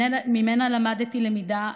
ממנה למדתי למידה,